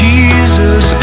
Jesus